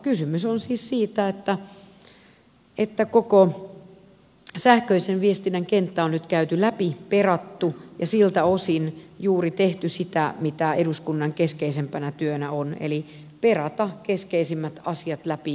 kysymys on siis siitä että koko sähköisen viestinnän kenttä on nyt käyty läpi perattu ja siltä osin tehty juuri sitä mikä eduskunnan keskeisimpänä työnä on eli perattu keskeisimmät asiat läpi